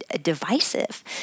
divisive